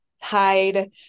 hide